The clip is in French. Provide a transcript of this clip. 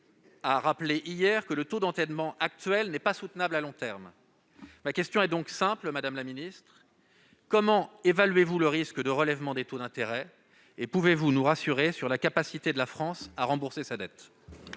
a rappelé hier que le taux d'entêtement actuel n'est pas soutenable à long terme. Ma question est donc simple, madame la ministre : comment évaluez-vous le risque de relèvement des taux d'intérêt ? Pouvez-vous nous rassurer sur la capacité de la France à rembourser sa dette ?